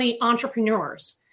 entrepreneurs